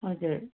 हजुर